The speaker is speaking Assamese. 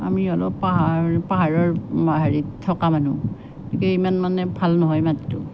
আমি অলপ পাহাৰ পাহাৰৰ হেৰিত থকা মানুহ গতিকে ইমান মানে ভাল নহয় মাটিটো